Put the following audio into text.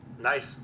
Nice